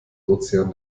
ozean